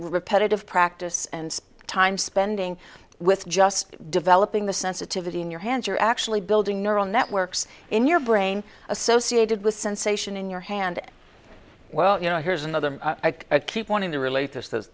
repetitive practice and time spending with just developing the sensitivity in your hands you're actually building neural networks in your brain associated with sensation in your hand well you know here's another i keep wanting to relate